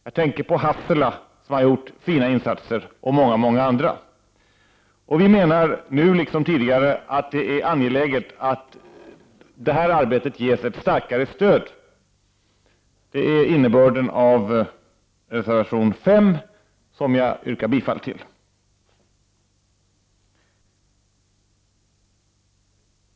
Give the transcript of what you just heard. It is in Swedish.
Jag tänker på Hassela, som har gjort fina insatser, och många andra. Vi menar nu liksom tidigare att det är angeläget att det här arbetet ges ett starkare stöd. Detta är innebörden i reservation 5, som jag yrkar bifall till.